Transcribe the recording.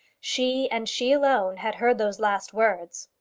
she, and she alone, had heard those last words.